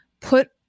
put